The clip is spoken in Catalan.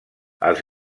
els